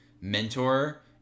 mentor